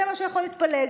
זה מה שיכול להתפלג.